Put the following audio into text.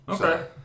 Okay